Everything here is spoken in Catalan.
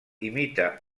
imita